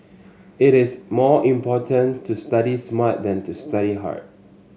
it is more important to study smart than to study hard